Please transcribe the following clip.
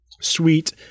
sweet